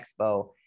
expo